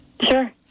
Sure